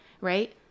Right